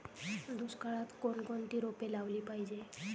दुष्काळात कोणकोणती रोपे लावली पाहिजे?